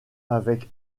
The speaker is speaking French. avec